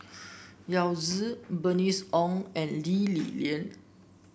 Yao Zi Bernice Ong and Lee Li Lian